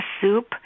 soup